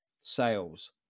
sales